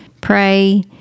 pray